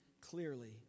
clearly